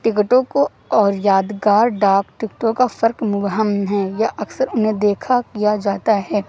ٹکٹوں کو اور یادگار ڈاک ٹکٹوں کا فرق مبہم ہیں یا اکثر انہیں دیکھا کیا جاتا ہے